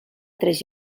tres